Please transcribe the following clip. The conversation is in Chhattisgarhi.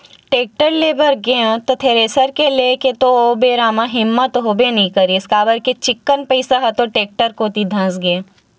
टेक्टर ले बर गेंव त थेरेसर के लेय के तो ओ बेरा म हिम्मत होबे नइ करिस काबर के चिक्कन पइसा ह तो टेक्टर कोती धसगे